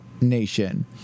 Nation